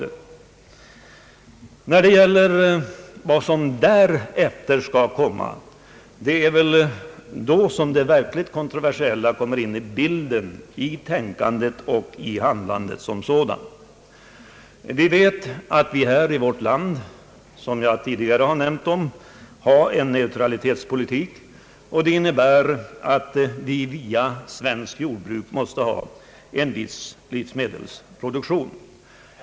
Det är väl när det gäller vad som därefter skall komma som det verkligt kontroversiella kommer in i bilden, i tänkandet och handlandet som sådant. Vi för i vårt land en neutralitetspolitik, som innebär att vi via svenskt jordbruk måste ha en viss livsmedelsproduktion.